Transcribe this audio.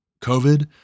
COVID